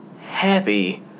happy